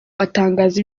atangaza